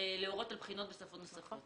להורות על בחינות בשפות נוספות.